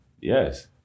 Yes